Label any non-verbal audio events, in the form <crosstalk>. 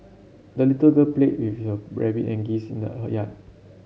the little girl played with her rabbit and geese in the <unintelligible> yard